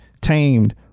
Tamed